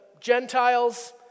Gentiles